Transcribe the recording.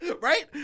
Right